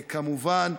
כמובן,